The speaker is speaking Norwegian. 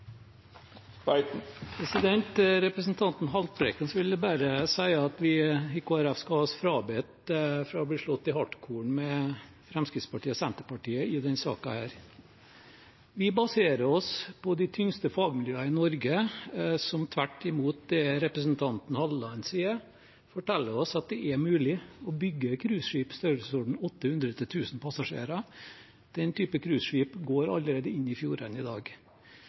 representanten Haltbrekken vil jeg bare si at vi i Kristelig Folkeparti skal ha oss frabedt å bli slått i hartkorn med Fremskrittspartiet og Senterpartiet i denne saken. Vi baserer oss på de tyngste fagmiljøene i Norge, som – tvert imot det representanten Halleland sier – forteller oss at det er mulig å bygge cruiseskip i størrelsesordenen 800–1 000 passasjerer. Den typen cruiseskip går